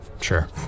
Sure